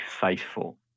faithful